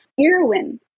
Irwin